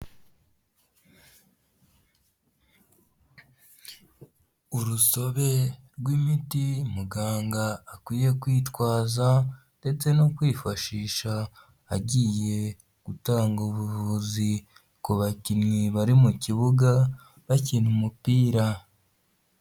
Urusobe rw'imiti muganga akwiye kwitwaza ndetse no kwifashisha agiye gutanga ubuvuzi ku bakinnyi bari mu kibuga, bakina umupira.